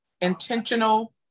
intentional